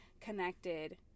connected